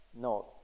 no